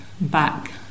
back